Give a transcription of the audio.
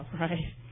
right